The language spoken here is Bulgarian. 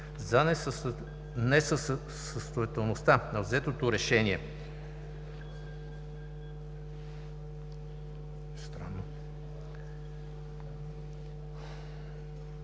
За несъстоятелността на взетото решение за